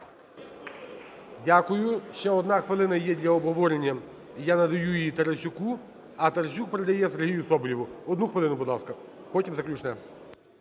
Дякую. Ще одна хвилина є для обговорення. І я надаю її Тарасюку, а Тарасюк передає Сергій Соболєву. Одну хвилину, будь ласка. Потім заключне.